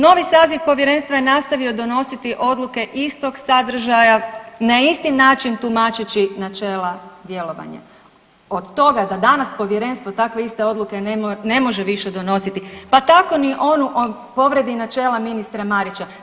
Novi saziv povjerenstva je nastavio donositi odluke istog sadržaja, na isti način tumačeći načela djelovanja, od toga da danas povjerenstvo takve iste odluke ne može više donositi pa tako ni onu o povredi načela ministra Marića.